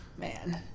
Man